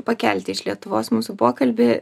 pakelti iš lietuvos mūsų pokalbį